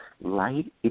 light